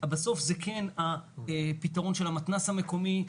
בסוף זה כן הפתרון של המתנ"ס המקומי,